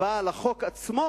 הצבעה על החוק עצמו